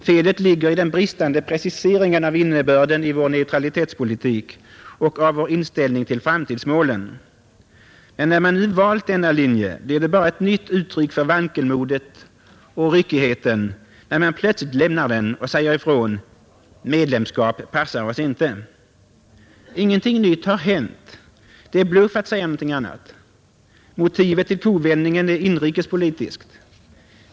Felet ligger i den bristande preciseringen av innebörden i vår neutralitetspolitik och av vår inställning till framtidsmålen, Men när man nu valt denna linje, blir det bara ett uttryck för vankelmodet och ryckigheten, då man plötsligt lämnar den och säger ifrån: ”Medlemskap passar oss inte.” Ingenting nytt har hänt — det är bluff att säga något annat. Motivet till kovändningen är inrikespolitiskt.